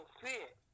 fit